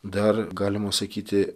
dar galima sakyti